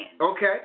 okay